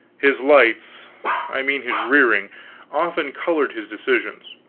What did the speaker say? his lights i mean his rearing often colored his decisions.